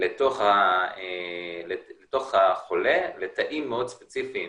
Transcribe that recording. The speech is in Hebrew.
לתוך החולה, לתאים מאוד ספציפיים